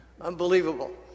Unbelievable